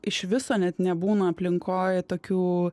iš viso net nebūna aplinkoj tokių